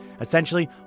Essentially